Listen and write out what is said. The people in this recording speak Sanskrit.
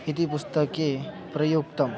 इति पुस्तके प्रयुक्तम्